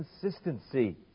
consistency